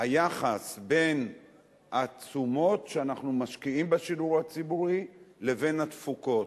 היחס בין התשומות שאנחנו משקיעים בשידור הציבורי לבין התפוקות,